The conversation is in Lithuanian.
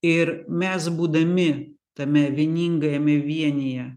ir mes būdami tame vieningajame vienyje